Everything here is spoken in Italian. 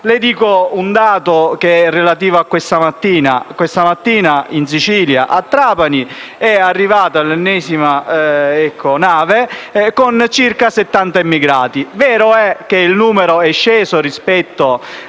Le riferisco un dato, relativo a questa mattina: questa mattina in Sicilia, a Trapani, è arrivata l'ennesima nave con circa 70 immigrati. È vero che il numero è sceso rispetto